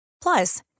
Plus